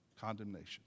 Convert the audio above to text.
condemnation